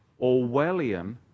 Orwellian